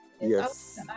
Yes